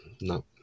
No